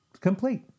complete